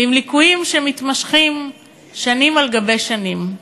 ועם ליקויים שמתמשכים שנים על שנים.